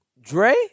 Dre